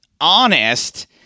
honest